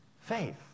Faith